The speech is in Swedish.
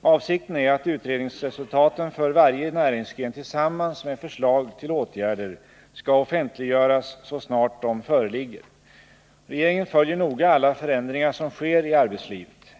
Avsikten är att utredningsresultaten för varje näringsgren tillsammans med förslag till åtgärder skall offentliggöras så snart de föreligger. Regeringen följer noga alla förändringar som sker i arbetslivet.